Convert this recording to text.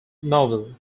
novel